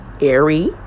airy